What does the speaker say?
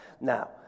Now